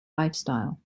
lifestyle